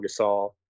Gasol